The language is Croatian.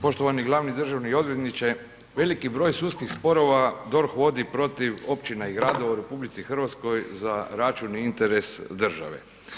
Poštovani glavni državni odvjetniče, veliki broj sudskih sporova DORH vodi protiv općina i gradova u RH za račun i interes države.